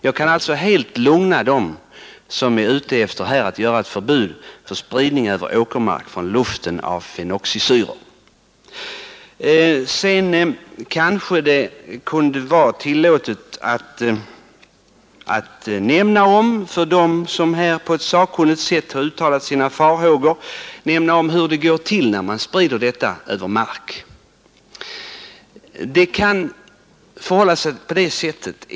Jag kan alltså lugna dem som önskar ett förbud mot spridning från luften över åkermark av fenoxisyror. Sedan kanske det kan vara tillåtet att för dem som här på ett sakkunnigt sätt har uttalat farhågor nämna hur det går till när man sprider dessa preparat över marker.